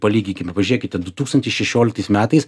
palyginkime pažiūrėkite du tūkstančiai šešioliktais metais